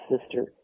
sister